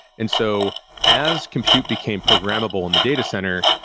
and so as compute became programmable in the data center,